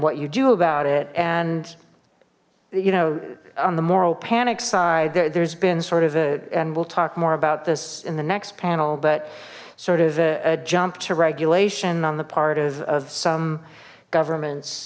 what you do about it and you know on the moral panic side that there's been sort of a and we'll talk more about this in the next panel but sort of a jump to regulation on the part of some governments